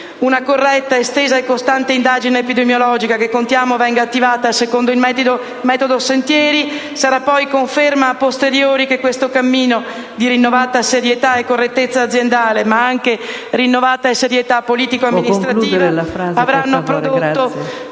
Una corretta, estesa e costante indagine epidemiologica, che contiamo venga attivata secondo il metodo SENTIERI, sarà poi conferma a posteriori che questo cammino di rinnovata serietà e correttezza aziendale, ma anche politico‑amministrativa, avrà prodotto